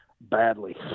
badly